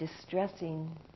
distressing